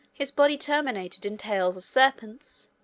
his body terminated in tails of serpents,